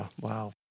Wow